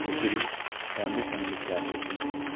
त्यसरी राम्रैसँगले स्याहार्दैछौँ